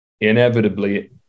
inevitably